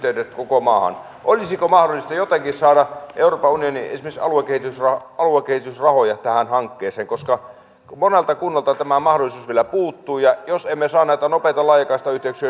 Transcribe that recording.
minä olen itse työskennellyt lähihoitajana terveyskeskuksen vuodeosastolla ja tiedän että jo nyt on turhan vähän aikaa hoitaa vanhuksia ei ehditä lähimainkaan tehdä kaikkia tarpeellisia hoitotoimenpiteitä välttämättä päivittäin